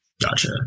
Gotcha